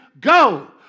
Go